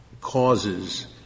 causes